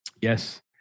Yes